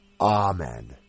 Amen